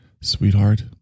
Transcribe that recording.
Sweetheart